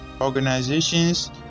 organizations